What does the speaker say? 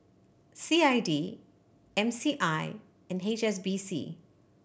C I D M C I and H S B C